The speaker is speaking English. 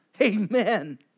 Amen